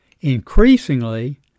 Increasingly